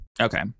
Okay